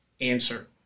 answer